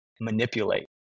manipulate